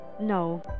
no